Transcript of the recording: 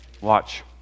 Watch